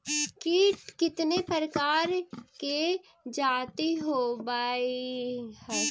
कीट कीतने प्रकार के जाती होबहय?